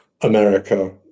America